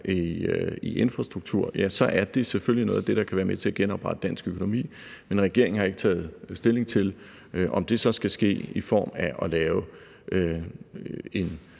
i infrastruktur, er det selvfølgelig noget af det, der kan være med til at genoprette dansk økonomi. Regeringen har ikke taget stilling til, om det så skal ske i form af at lave én